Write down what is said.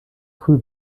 früh